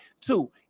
Two